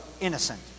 innocent